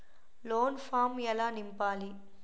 Loan form ఎలా నింపాలి?